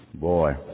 Boy